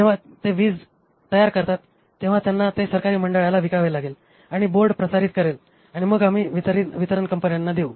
जेव्हा ते वीज तयार करतात तेव्हा त्यांना ते सरकारी मंडळाला विकावे लागेल आणि बोर्ड प्रसारित करेल आणि मग आम्ही ते वितरण कंपन्यांना देऊ